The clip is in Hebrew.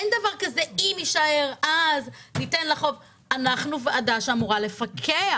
אין דבר כזה אם יישאר אז ניתן לחוק אנחנו ועדה שאמורה לפקח.